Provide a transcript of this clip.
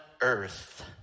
earth